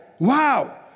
Wow